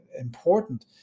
important